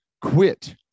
quit